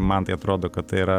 man tai atrodo kad tai yra